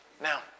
Now